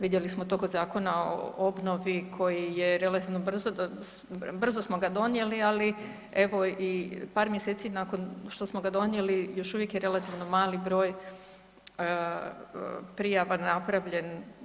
Vidjeli smo to kod Zakona o obnovi koji je relativno brzo smo ga donijeli, ali evo i par mjeseci nakon što smo ga donijeli još uvijek je relativno mali broj prijava napravljen.